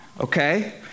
okay